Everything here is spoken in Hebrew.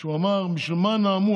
הוא אמר: בשביל מה נאמו,